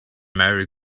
merry